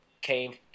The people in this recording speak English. came